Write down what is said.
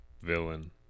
villain